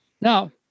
Now